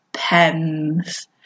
pens